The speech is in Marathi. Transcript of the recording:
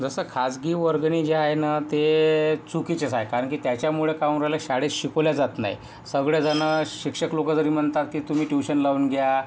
जसं खाजगी वर्गणी जे आहे ना ते चुकीचंच आहे कारण की त्याच्यामुळे काय होऊन राहिलं आहे शाळेत शिकवल्या जात नाही सगळे जण शिक्षक लोकं जरी म्हणतात की तुम्ही ट्यूशन लावून घ्या